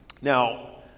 Now